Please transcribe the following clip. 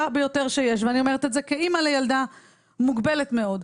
ביותר שיש ואני אומרת את זה כאימא לילדה מוגבלת מאוד.